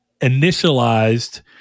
initialized